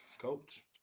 coach